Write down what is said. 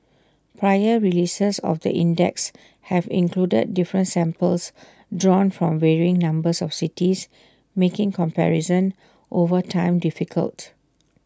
prior releases of the index have included different samples drawn from varying numbers of cities making comparison over time difficult